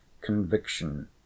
conviction